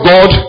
God